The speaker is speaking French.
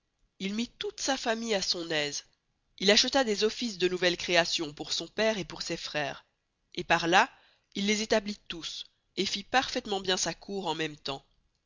il mit toute sa famille à son aise il achepta des offices de nouvelle création pour son pere et pour ses frères et par là il les établit tous et fit parfaitement bien sa cour en même temps